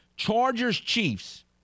Chargers-Chiefs